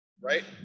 right